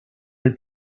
del